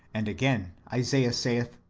and again isaiah saith,